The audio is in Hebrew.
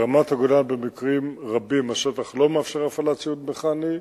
ברמת-הגולן במקרים רבים השטח לא מאפשר הפעלת ציוד מכני,